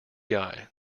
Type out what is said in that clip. guy